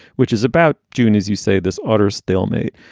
which is about june, as you say, this utter stalemate.